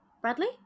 Bradley